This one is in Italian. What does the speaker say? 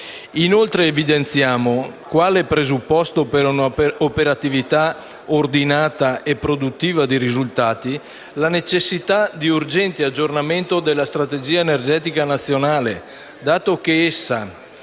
Inoltre evidenziamo, quale presupposto per una operatività ordinata e produttiva dei risultati, la necessità di un urgente aggiornamento della Strategia energetica nazionale, dato che essa